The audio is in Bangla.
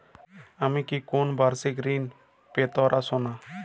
আমি কি কোন বাষিক ঋন পেতরাশুনা?